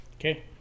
okay